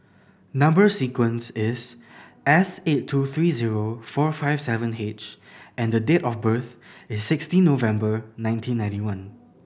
number sequence is S eight two three zero four five seven H and the date of birth is sixteen November nineteen ninety one